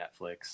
Netflix